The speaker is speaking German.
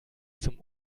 zum